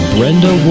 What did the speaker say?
Brenda